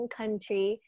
country